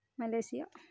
Malaysia